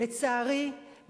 לצערי,